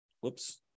whoops